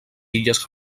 illes